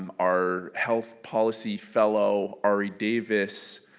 um our health policy fellow ari davis.